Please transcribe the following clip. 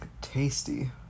tasty